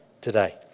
today